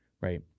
right